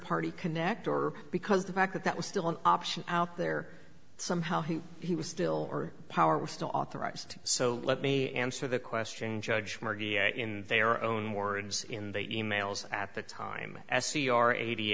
party connect or because the fact that that was still an option out there somehow he was still or power was still authorized so let me answer the question judge in their own words in the emails at the time as c r eighty